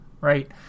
right